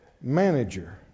manager